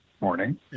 morning